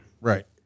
Right